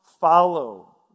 follow